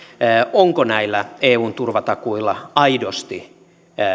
onko näillä eun turvatakuilla aidosti